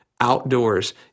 Outdoors